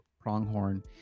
Pronghorn